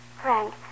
Frank